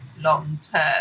long-term